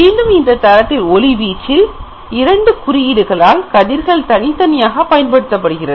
மீண்டும் இந்த தளத்தின் ஒளி வீச்சில் இரண்டு குறியீடுகளால் கதிர்கள் தனித்தனியாக பயன்படுத்தப்படுகிறது